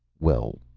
well,